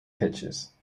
pitches